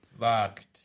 Locked